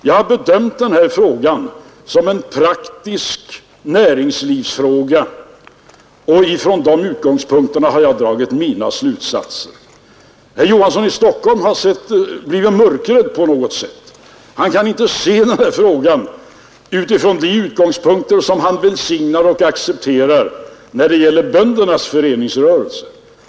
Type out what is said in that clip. Jag har bedömt denna fråga som en praktisk näringslivsfråga, och från de utgångspunkterna har jag dragit mina slutsatser. Herr Johansson i Stockholm har tydligen blivit mörkrädd på något sätt; han kan inte se den här frågan utifrån de utgångspunkter som han välsignar och accepterar när det gäller böndernas föreningsrörelse.